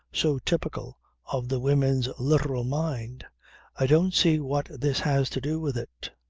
so typical of the women's literal mind i don't see what this has to do with it!